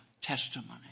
testimony